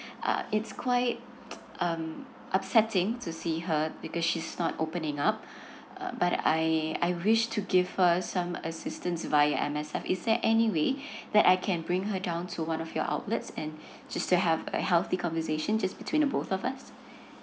uh it's quite um upsetting to see her because she's not opening up uh but I I I wish to give her some assistance via M_S_F is there any way that I can bring her down to one of your outlets and just to have a healthy conversation just between the both of us